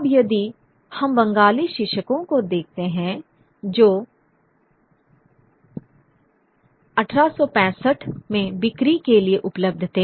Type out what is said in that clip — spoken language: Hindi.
अब यदि हम बंगाली शीर्षकों को देखते हैं जो 1865 में बिक्री के लिए उपलब्ध थे